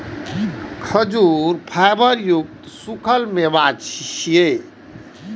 खजूर फाइबर युक्त सूखल मेवा छियै